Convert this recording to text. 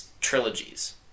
Trilogies